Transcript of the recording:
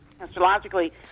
astrologically